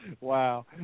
wow